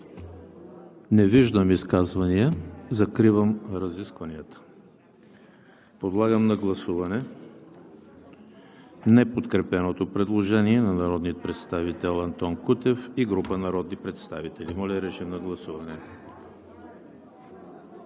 Не виждам. Закривам разискванията. Подлагам на гласуване неподкрепеното предложение на народния представител Антон Кутев и група народни представители. Гласували